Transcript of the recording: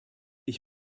ich